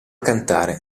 cantare